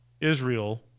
Israel